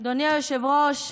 אדוני היושב-ראש,